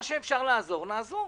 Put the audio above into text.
מה שניתן לעזור, נעזור.